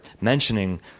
mentioning